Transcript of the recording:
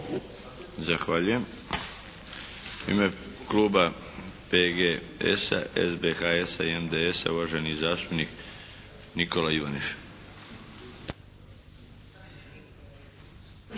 Zahvaljujem. U ime kluba PGS-a, SBHS-a, i NDS-a, uvaženi zastupnik Nikola Ivaniš.